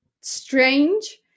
strange